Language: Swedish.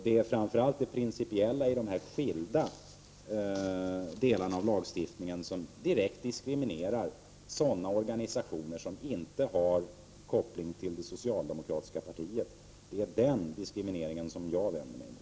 Det är framför allt de skilda delarna i lagstiftningen som direkt diskriminerar sådana organisationer som inte har koppling till det socialdemokratiska partiet som jag vänder mig emot.